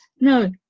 No